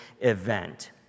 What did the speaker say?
event